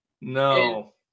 No